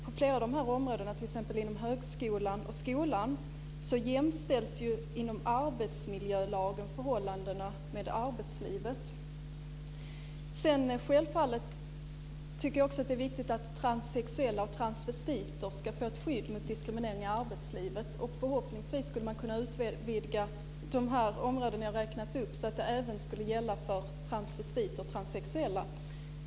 På flera av de här områdena, t.ex. inom högskolan och skolan, jämställs inom arbetsmiljölagen förhållandena med arbetslivet. Jag tycker självfallet också att det är viktigt att transsexuella och transvestiter får ett skydd mot diskriminering i arbetslivet. Förhoppningsvis skulle man kunna utvidga de områden som jag har räknat upp så att de även skulle gälla för transvestiter och transsexuella.